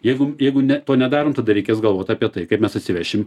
jeigu jeigu ne to nedarom tada reikės galvot apie tai kaip mes atsivešim